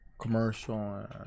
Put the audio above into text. Commercial